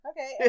Okay